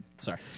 Sorry